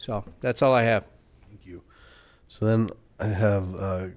so that's all i have you so then i have